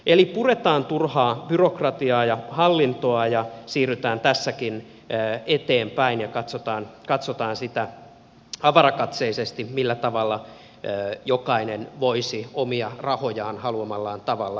eli puretaan turhaa byrokratiaa ja hallintoa ja siirrytään tässäkin eteenpäin ja katsotaan sitä avarakatseisesti millä tavalla jokainen voisi omia rahojaan haluamallaan tavalla käyttää